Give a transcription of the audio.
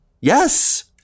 Yes